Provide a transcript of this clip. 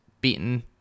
beaten